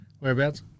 Whereabouts